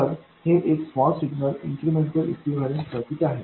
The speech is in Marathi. तर हे एक small signal incremental equivalent circuit आहे